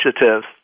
initiatives